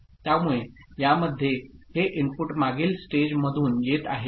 त्यामुळेयामध्येहे इनपुटमागील स्टेज मधून येत आहे